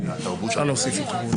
אולי אפילו תוך כדי הוועדה.